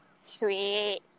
sweet